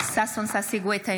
ששון ששי גואטה,